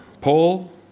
Paul